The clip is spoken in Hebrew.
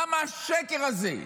למה השקר הזה?